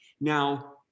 Now